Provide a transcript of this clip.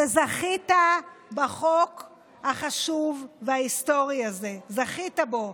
שזכית בחוק החשוב וההיסטורי הזה זכית בו.